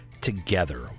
together